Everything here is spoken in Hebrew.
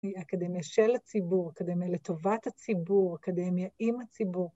אקדמיה של הציבור, אקדמיה לטובת הציבור, אקדמיה עם הציבור.